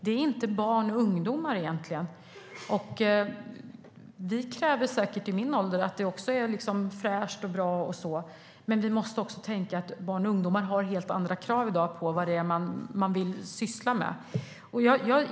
Det är alltså egentligen inte barn och ungdomar främst. Vi i min ålder kräver säkert också att det är fräscht och bra, men vi måste också tänka på att barn och ungdomar har helt andra krav i dag på det man vill syssla med.